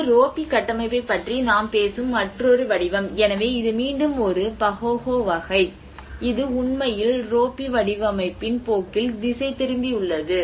இது ரோப்பி கட்டமைப்பைப் பற்றி நாம் பேசும் மற்றொரு வடிவம் எனவே இது மீண்டும் ஒரு பஹோஹோ வகை இது உண்மையில் ரோப்பி வடிவமைப்பின் போக்கில் திசை திரும்பி உள்ளது